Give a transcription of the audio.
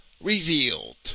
revealed